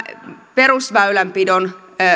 perusväylänpidon